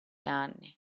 anni